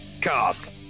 Cast